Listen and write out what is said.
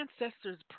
ancestors